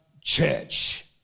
church